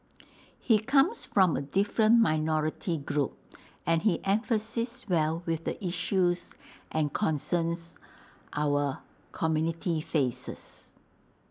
he comes from A different minority group and he empathises well with the issues and concerns our community faces